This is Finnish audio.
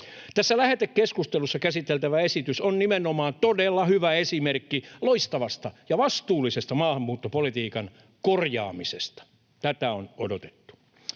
Tässä lähetekeskustelussa käsiteltävä esitys on nimenomaan todella hyvä esimerkki loistavasta ja vastuullisesta maahanmuuttopolitiikan korjaamisesta. Tätä on odotettu.